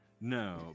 No